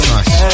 Nice